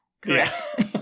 Correct